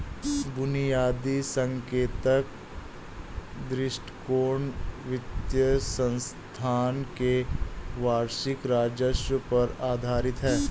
बुनियादी संकेतक दृष्टिकोण वित्तीय संस्थान के वार्षिक राजस्व पर आधारित है